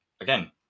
again